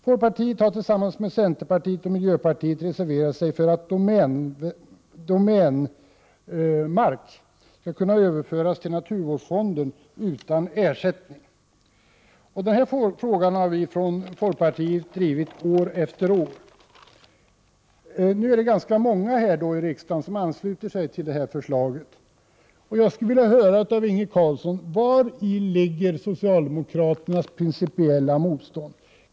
Folkpartiet har tillsammans med centerpartiet och miljöpartiet reserverat sig för att domänmark skall kunna överföras till naturvårdsfonden utan ersättning. Denna fråga har vi från folkpartiet drivit år efter år. Det är nu ganska många här i riksdagen som ansluter sig till detta förslag. Jag skulle vilja höra från Inge Carlsson: Vari ligger socialdemokraternas principiella motstånd?